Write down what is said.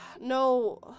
no